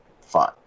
fine